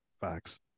Facts